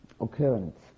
occurrence